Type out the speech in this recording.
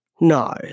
no